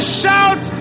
shout